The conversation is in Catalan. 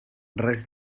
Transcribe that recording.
res